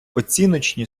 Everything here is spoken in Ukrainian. оціночні